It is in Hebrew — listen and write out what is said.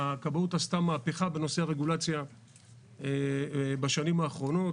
הכבאות עשתה מהפכה בנושא הרגולציה בשנים האחרונות.